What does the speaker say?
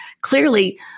clearly